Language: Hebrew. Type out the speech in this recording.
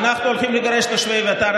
אנחנו הולכים לגרש את תושבי אביתר?